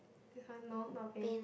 my mouth not pain